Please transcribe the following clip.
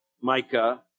Micah